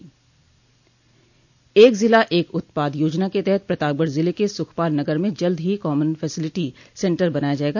एक जिला एक उत्पाद योजना के तहत प्रतापगढ़ जिले के सुखपाल नगर में जल्द ही कॉमन फेसिलिटी सेन्टर बनाया जायेगा